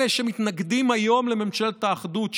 אלה שמתנגדים היום לממשלת האחדות,